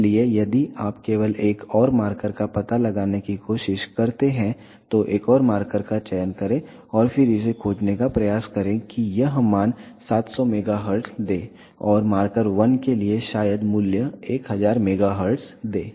इसलिए यदि आप केवल एक और मार्कर का पता लगाने की कोशिश करते हैं तो एक और मार्कर का चयन करें और फिर इसे खोजने का प्रयास करें कि यह मान 700 MHz दे और मार्कर 1 के लिए शायद मूल्य 1000 MHz दे